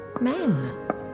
Men